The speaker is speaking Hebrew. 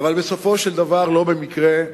אבל בסופו של דבר, לא במקרה,